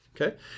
Okay